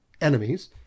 enemies